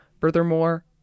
Furthermore